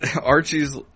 Archie's